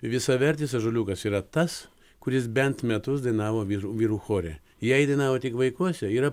visavertis ąžuoliukas yra tas kuris bent metus dainavo vyrų vyrų chore jei dainavo tik vaikuose yra